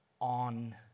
on